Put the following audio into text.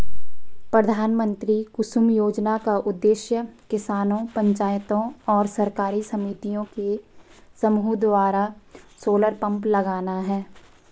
प्रधानमंत्री कुसुम योजना का उद्देश्य किसानों पंचायतों और सरकारी समितियों के समूह द्वारा सोलर पंप लगाना है